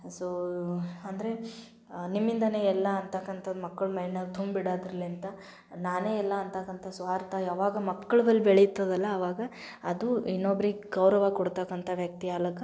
so ಅಂದರೆ ನಿಮ್ಮಿಂದಲೇ ಎಲ್ಲ ಅಂತಕ್ಕಂಥದ್ದು ಮಕ್ಳು ಮೈಂಡಿನ್ಯಾಗ ತುಂಬಿಡೋದ್ರಲ್ಲಿಂದ ನಾನೇ ಎಲ್ಲ ಅಂತಕ್ಕಂಥ ಸ್ವಾರ್ಥ ಯಾವಾಗ ಮಕ್ಳು ಮೇಲೆ ಬೆಳೀತದಲ್ಲ ಆವಾಗ ಅದು ಇನ್ನೊಬ್ರಿಗೆ ಗೌರವ ಕೊಡ್ತಕ್ಕಂಥ ವ್ಯಕ್ತಿ ಆಗ್ಲಕ್ಕ